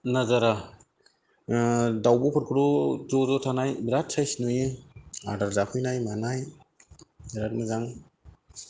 नाजारा दाउब'फोरखौथ' ज' ज' थानाय बिराद सायस नुयो आदार जाफैनाय मानाय बिराद मोजां